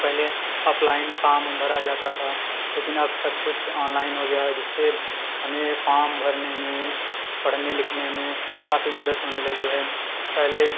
पहले offline form भरा जाता था लेकिन अब सब कुछ ऑनलाइन हो गया है जिससे हमें फ़ॉम भरने में पढ़ने लिखने में काफ़ी मदद होने लगी है पहले